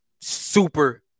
super